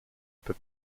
peu